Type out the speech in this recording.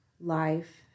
life